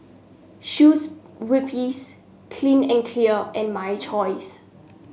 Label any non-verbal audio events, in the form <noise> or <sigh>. <unintelligible> Clean and Clear and My Choice